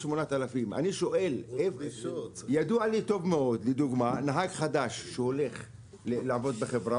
8,000. אני ידוע לי טוב מאוד שנהג חדש שהולך לעבוד בחברה,